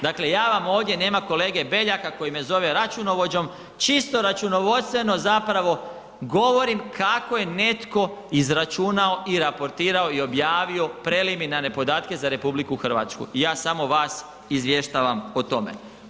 Dakle ja vam ovdje, nema kolege BEljaka koji me zove računovođom, čisto računovodstveno zapravo govorim kako je netko izračunao i raportirao i objavio preliminarne podatke za RH i ja vas samo izvještavam o tome.